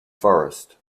forest